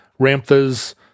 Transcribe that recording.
Ramtha's